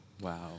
Wow